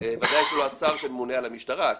ודאי שלא השר שממונה על המשטרה.